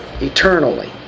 eternally